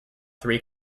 three